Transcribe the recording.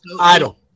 Idle